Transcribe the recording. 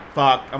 fuck